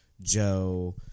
Joe